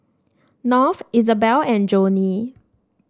North Izabelle and Jonnie